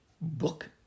book